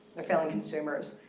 they're failing consumers.